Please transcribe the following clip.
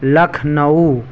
Lucknow